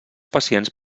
pacients